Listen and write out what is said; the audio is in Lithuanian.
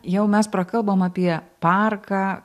jau mes prakalbom apie parką